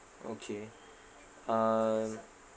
okay um